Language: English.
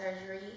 surgery